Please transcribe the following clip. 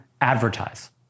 advertise